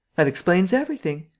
that explains everything.